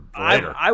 later